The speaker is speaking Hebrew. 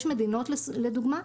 יש מדינות לדוגמה,